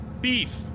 Beef